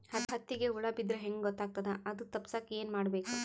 ಹತ್ತಿಗ ಹುಳ ಬಿದ್ದ್ರಾ ಹೆಂಗ್ ಗೊತ್ತಾಗ್ತದ ಅದು ತಪ್ಪಸಕ್ಕ್ ಏನ್ ಮಾಡಬೇಕು?